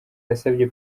yasabye